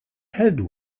head